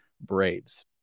Braves